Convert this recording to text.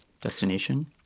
destination